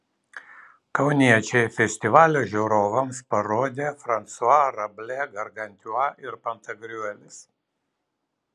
kauniečiai festivalio žiūrovams parodė fransua rablė gargantiua ir pantagriuelis